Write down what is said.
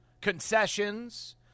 concessions